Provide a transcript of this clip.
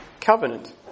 covenant